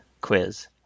quiz